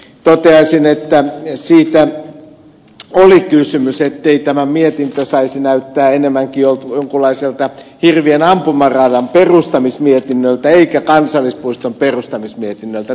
toteaisin että siitä oli kysymys ettei tämä mietintö saisi näyttää enemmän jonkinlaiselta hirvien ampumaradan perustamismietinnöltä kuin kansallispuiston perustamismietinnöltä